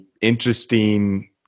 interesting